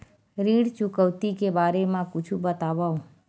ऋण चुकौती के बारे मा कुछु बतावव?